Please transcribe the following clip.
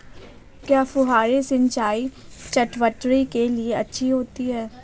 क्या फुहारी सिंचाई चटवटरी के लिए अच्छी होती है?